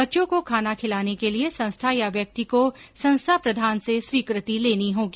बच्चों को खाना खिलाने के लिए संस्था या व्यक्ति को संस्था प्रधान से स्वीकृति लेनी होगी